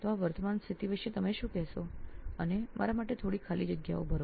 તો આ વર્તમાન સ્થિતિ વિષે તમે શું કહેશો અને મારા માટે થોડી ખાલી જગ્યાઓ ભરો